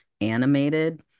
animated